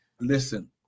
listen